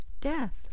death